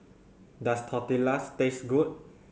does Tortillas taste good